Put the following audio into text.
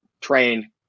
train